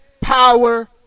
power